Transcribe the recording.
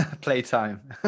Playtime